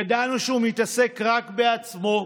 ידענו שהוא מתעסק רק בעצמו.